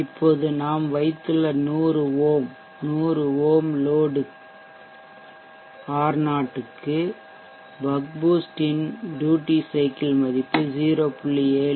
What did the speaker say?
இப்போது நாம் வைத்துள்ள 100 ஓம் 100 ஓம் லோட் ஆர் 0 க்கு பக் பூஸ்ட் இன் ட்யூட்டி சைக்கிள் மதிப்பு 0